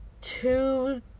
two